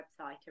website